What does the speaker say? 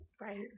Right